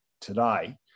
today